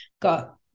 got